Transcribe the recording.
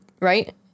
right